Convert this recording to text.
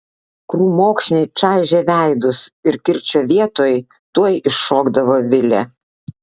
krūmokšniai čaižė veidus ir kirčio vietoj tuoj iššokdavo vilė